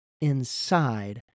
inside